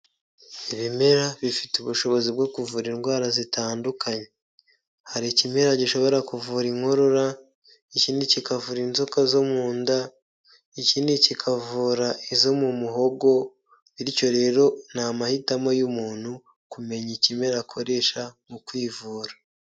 Ibimera bifite ubushobozi bwo kuvura indwara zitandukanye, hari ikimera gishobora kuvura inkorora, ikindi kikavura inzoka zo mu nda, ikindi kikavura izo mu muhogo bityo rero ni amahitamo y'umuntu kumenya ikimera akoresha mu kwivura.